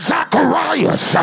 Zacharias